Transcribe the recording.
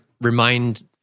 remind